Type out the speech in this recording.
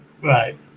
Right